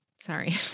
sorry